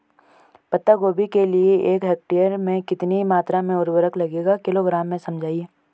पत्ता गोभी के लिए एक हेक्टेयर में कितनी मात्रा में उर्वरक लगेगा किलोग्राम में समझाइए?